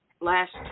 last